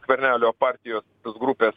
skvernelio partijos tos grupės